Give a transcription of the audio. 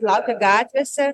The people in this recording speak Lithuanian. laukė gatvėse